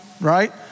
right